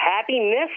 Happiness